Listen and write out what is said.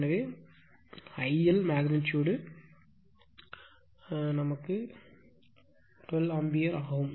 எனவே IL magnitude 12 ampere ஆகும்